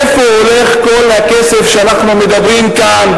לאיפה הולך כל הכסף שמדברים עליו כאן,